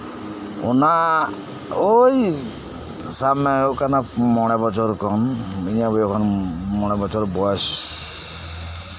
ᱚᱱᱟ ᱳᱭ ᱥᱟᱵ ᱢᱮ ᱦᱩᱭᱩᱜ ᱠᱟᱱᱟ ᱢᱚᱬᱮ ᱵᱚᱪᱷᱚᱨ ᱠᱚᱢ ᱢᱚᱬᱮ ᱵᱚᱪᱷᱚᱨ ᱵᱚᱭᱮᱥ